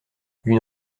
une